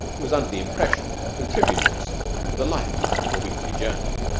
he was under the impression that contributors were the life-blood of a weekly journal.